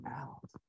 out